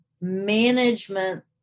management